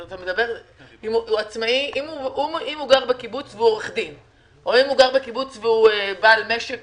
אם הוא גר בקיבוץ והוא עורך-דין או אם הוא גר במושב והוא בעל משק